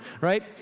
right